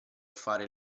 fare